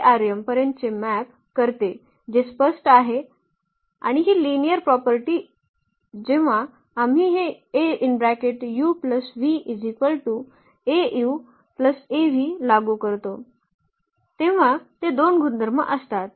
तर हे ते पर्यंतचे मॅप करते जे स्पष्ट आहे आणि ही लिनिअर प्रॉपर्टी जेव्हा आम्ही हे लागू करतो तेव्हा ते दोन गुणधर्म असतात